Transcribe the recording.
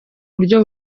buryo